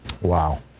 Wow